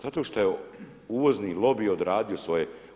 Zato što je uvozni lobi odradio svoje.